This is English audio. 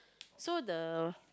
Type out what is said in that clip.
so the